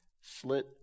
slit